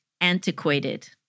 antiquated